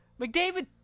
McDavid